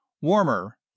Warmer